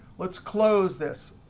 let's close this.